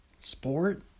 Sport